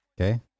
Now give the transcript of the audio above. Okay